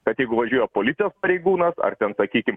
kad jeigu važiuoja policijos pareigūnas ar ten sakykim